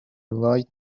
light